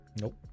Nope